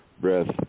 breath